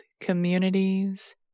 communities